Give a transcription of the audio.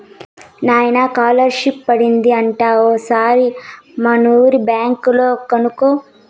నాయనా కాలర్షిప్ పడింది అంట ఓసారి మనూరి బ్యాంక్ లో కనుకో